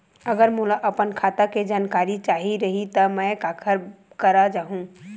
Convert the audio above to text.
अगर मोला अपन खाता के जानकारी चाही रहि त मैं काखर करा जाहु?